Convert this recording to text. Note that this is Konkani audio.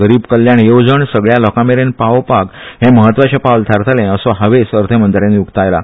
गरीब कल्याण येवजण सगल्या लोकांमेरेन पावोवपाक हे महत्वाचे पावल थारतले असो हावेस अर्थमंत्र्यांनी उक्तायला